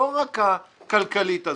לא רק הכלכלית הזו,